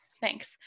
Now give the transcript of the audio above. Thanks